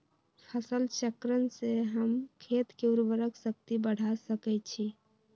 फसल चक्रण से हम खेत के उर्वरक शक्ति बढ़ा सकैछि?